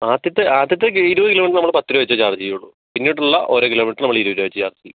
ആദ്യത്തെ ആദ്യത്തെ ഈ ഇരുപത് കിലോമീറ്ററ് നമ്മൾ പത്ത് രൂപ വെച്ചേ ചാർജ് ചെയ്യൂള്ളൂ പിന്നീടുള്ള ഓരോ കിലോമീറ്ററ് നമ്മൾ ഇരുപത് രൂപ വെച്ച് ചാർജ് ചെയ്യും